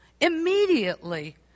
immediately